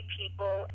people